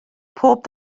pob